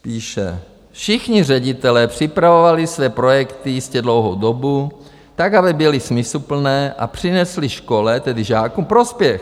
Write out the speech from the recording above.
Píše: Všichni ředitelé připravovali své projekty jistě dlouhou dobu tak, aby byly smysluplné a přinesly škole, tedy žákům, prospěch.